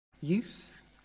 youth